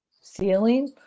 ceiling